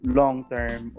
long-term